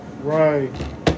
Right